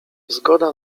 zgoda